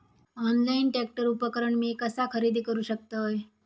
Online tractor उपकरण मी कसा खरेदी करू शकतय?